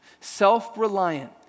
self-reliant